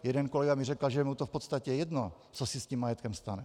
Jeden kolega mi řekl, že je mu to v podstatě jedno, co se s tím majetkem stane.